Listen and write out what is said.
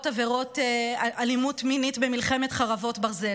עבירות אלימות מינית במלחמת חרבות ברזל.